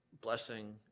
blessing